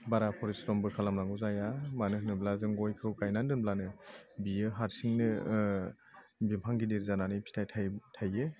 बारा फरिस्रमबो खालामनांगौ जाया मानो होनोबा जों गयखौ गायनानै दोनब्लानो बियो हारसिंनो बिफां गिदिर जानानै फिथाइ थाइयो